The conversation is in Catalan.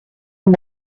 amb